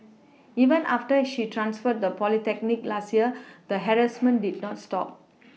even after she transferred the polytechnic last year the harassment did not stop